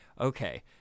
okay